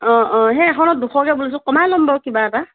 অ অ সেই এখনত দুশকৈ বুলিছোঁ কমাই ল'ম বাৰু কিবা এটা